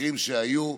מקרים שהיו.